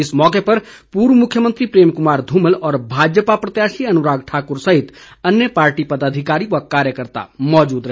इस अवसर पर पूर्व मुख्यमंत्री प्रेम कुमार धूमल भाजपा प्रत्याशी अनुराग ठाकुर सहित अन्य पार्टी पदाधिकारी व कार्यकर्ता मौजूद रहे